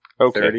Okay